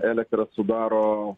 elektra sudaro